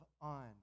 on